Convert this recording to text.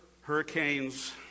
hurricanes